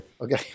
Okay